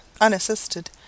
unassisted